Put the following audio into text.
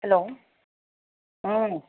हेल' उम